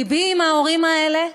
לבי עם ההורים האלה,